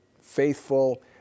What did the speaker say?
faithful